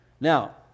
Now